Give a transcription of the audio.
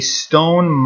stone